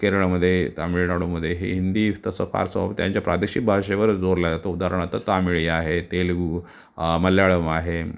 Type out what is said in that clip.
केरळमध्ये तामिळनाडूमध्ये हे हिंदी तसं फारसं त्यांच्या प्रादेशिक भाषेवरच जोर ल्यातो उदाहरणार्थ तामिळी आहे तेलगू मल्याळम आहे